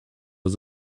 was